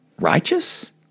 righteous